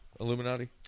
Illuminati